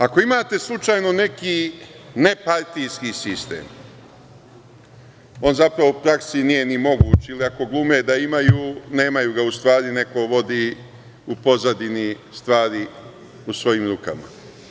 Ako imate slučajno neki nepartijski sistem, on zapravo u praksi nije ni moguć ili ako glume da imaju, nemaju ga ustvari, neko vodi u pozadini stvari u svojim rukama.